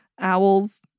owls